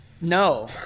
No